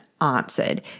answered